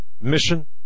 mission